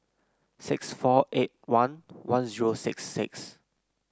six four eight one one zero six six